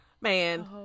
man